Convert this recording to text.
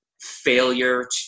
failure